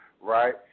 right